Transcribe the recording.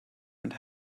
and